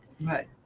Right